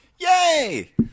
Yay